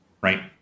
right